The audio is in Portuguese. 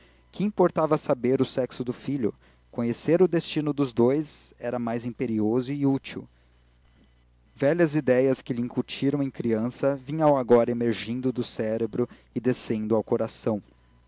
que importava saber o sexo do filho conhecer o destino dos dous era mais imperioso e útil velhas ideias que lhe incutiram em criança vinham agora emergindo do cérebro e descendo ao coração